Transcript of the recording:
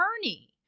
attorney